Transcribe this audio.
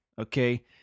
Okay